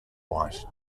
white